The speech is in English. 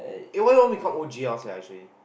eh why you want me call O_G_L sia actually